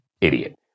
idiot